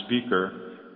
Speaker